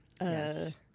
Yes